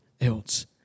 else